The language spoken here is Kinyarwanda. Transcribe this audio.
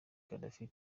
gaddafi